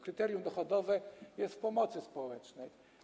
Kryterium dochodowe jest w pomocy społecznej.